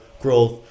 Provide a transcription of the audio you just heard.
growth